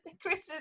chris